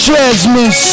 Jasmine